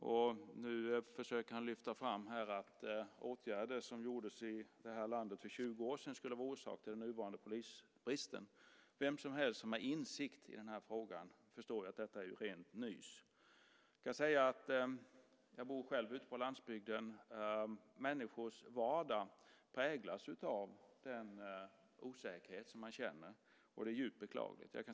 Nu försöker han lyfta fram att åtgärder som för 20 år sedan vidtogs i det här landet är orsaken till den nuvarande polisbristen. Men vem som helst som har insikt i frågan förstår att det är rent nys. Jag bor ute på landsbygden. Människors vardag präglas av den osäkerhet man känner. Detta är djupt beklagligt.